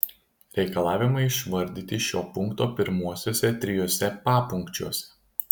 reikalavimai išvardyti šio punkto pirmuosiuose trijuose papunkčiuose